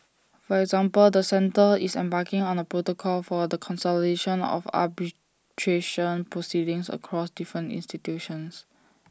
for example the centre is embarking on A protocol for the consolidation of arbitration proceedings across different institutions